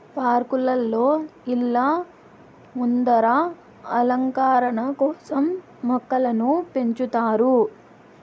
పార్కులలో, ఇళ్ళ ముందర అలంకరణ కోసం మొక్కలను పెంచుతారు